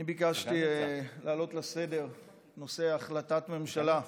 אני ביקשתי להעלות לסדר-היום את נושא החלטת הממשלה.